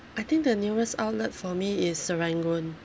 I think the nearest outlet for me is serangoon